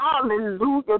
Hallelujah